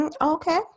okay